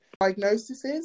diagnoses